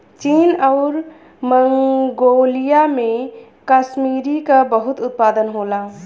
चीन आउर मन्गोलिया में कसमीरी क बहुत उत्पादन होला